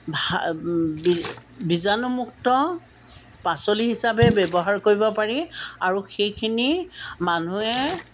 বীজাণুমুক্ত পাচলি হিচাপে ব্যৱহাৰ কৰিব পাৰি আৰু সেইখিনি মানুহে